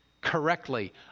Correctly